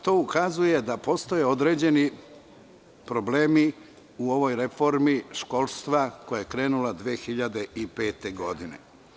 To ukazuje da postoje određeni problemi u ovoj reformi školstva koja je krenula 2005. godine.